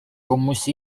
комусь